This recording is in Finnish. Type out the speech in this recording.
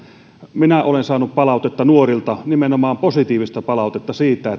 minä olen saanut palautetta nuorilta nimenomaan positiivista palautetta siitä